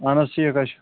اہن حظ ٹھیٖک حظ چھُ